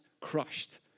crushed